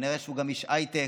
כנראה שהוא גם איש הייטק.